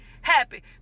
happy